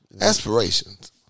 Aspirations